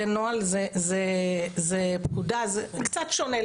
זה נוהל, זה פקודה, זה קצת שונה.